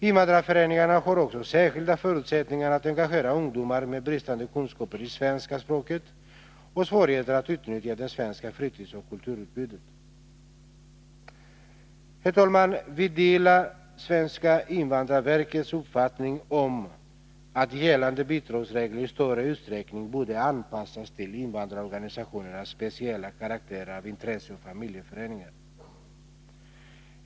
Invandrarföreningarna har också särskilda förutsättningar att engagera ungdomar med bristande kunskaper i svenska språket och svårigheter att utnyttja det svenska fritidsoch kulturutbudet. Herr talman! Vi delar statens invandrarverks uppfattning om att gällande bidragsregler i större utsträckning borde anpassas till invandrarorganisationernas speciella karaktär av intresseoch familjeföreningar.